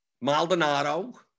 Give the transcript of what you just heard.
Maldonado